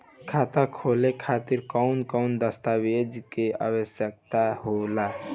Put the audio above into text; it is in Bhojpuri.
खाता खोले खातिर कौन कौन दस्तावेज के आवश्यक होला?